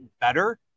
better